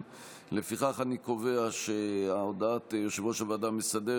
בעד בנימין גנץ,